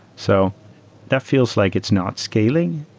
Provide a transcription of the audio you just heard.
so that feels like it's not scaling,